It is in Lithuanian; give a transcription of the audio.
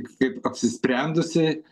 kaip apsisprendusiai